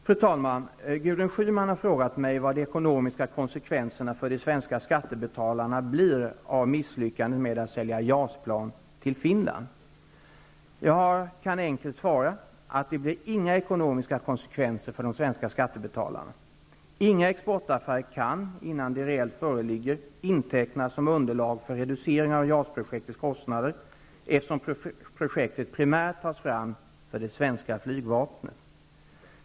Fru talman! Gudrun Schyman har frågat mig vad de ekonomiska konsekvenserna för de svenska skattebetalarna blir av misslyckandet med att sälja Jag kan enkelt svara att det blir inga ekonomiska konsekvenser för de svenska skattebetalarna. Inga exportaffärer kan innan de reellt föreligger intecknas som underlag för reducering av JAS projektets kostnader, eftersom projektet primärt tas fram för det svenska flygvapnet.